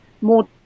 more